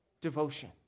devotion